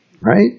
right